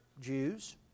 Jews